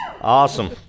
awesome